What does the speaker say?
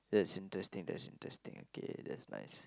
that's interesting that's interesting okay that's nice